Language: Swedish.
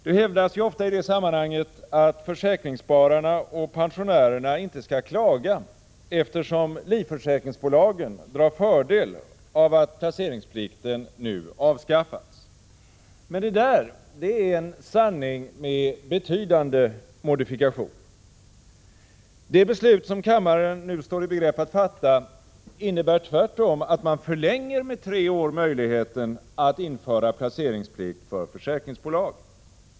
Det hävdas ofta i det sammanhanget att försäkringsspararna och pensionärerna inte skall klaga, eftersom livförsäkringsbolagen drar fördel av att placeringsplikten nu har avskaffats. Men det är en sanning med betydande modifikation. Det beslut som kammaren nu står i begrepp att fatta innebär tvärtom att man förlänger med tre år möjligheten att införa placeringsplikt för försäkringsbolag.